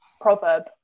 proverb